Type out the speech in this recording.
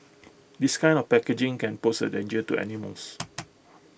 this kind of packaging can pose A danger to animals